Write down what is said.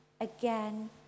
again